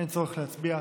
אין צורך להצביע.